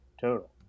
total